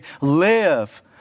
live